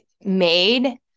made